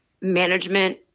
management